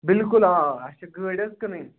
بِلکُل آ اَسہِ چھِ گٲڑۍ حظ کٕنٕنۍ